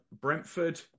Brentford